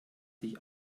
sich